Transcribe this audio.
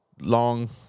long